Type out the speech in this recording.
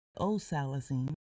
osalazine